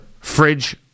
fridge